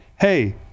Hey